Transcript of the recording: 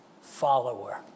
follower